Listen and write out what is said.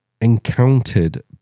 encountered